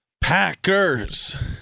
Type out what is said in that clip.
Packers